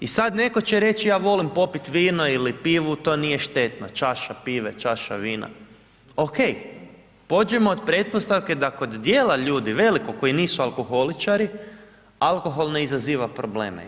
I sad netko će reći ja volim popit vino ili pivu, čaša pive, čaša vina, ok, pođimo od pretpostavke da kod djela ljudi velikog koji nisu alkoholičari, alkohol ne izaziva probleme.